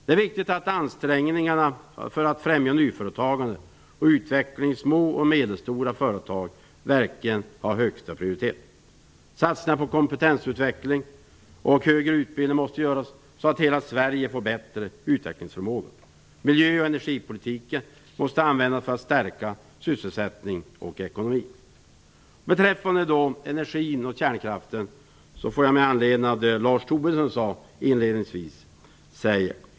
Det är viktigt att ansträngningarna att främja nyföretagande och utveckling i små och medelstora företag verkligen har högsta prioritet. Satsningarna på kompetensutveckling och högre utbildning måste göras så att hela Sverige får bättre utvecklingsförmåga. Miljö och energipolitiken måste användas för att stärka sysselsättning och ekonomi. Beträffande energin och kärnkraften får jag göra en kommentar med anledning av det Lars Tobisson sade inledningsvis.